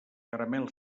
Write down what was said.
caramel